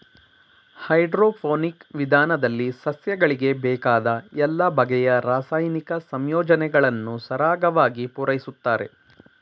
hydroponic ವಿಧಾನದಲ್ಲಿ ಸಸ್ಯಗಳಿಗೆ ಬೇಕಾದ ಎಲ್ಲ ಬಗೆಯ ರಾಸಾಯನಿಕ ಸಂಯೋಜನೆಗಳನ್ನು ಸರಾಗವಾಗಿ ಪೂರೈಸುತ್ತಾರೆ